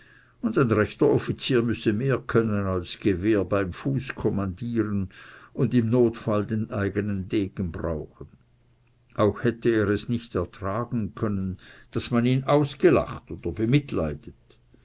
und ein rechter offizier müsse mehr können als gewehr beim fuß kommandieren und im notfall den eigenen degen brauchen auch hätte er es nicht ertragen können daß man ihn ausgelacht oder bemitleidet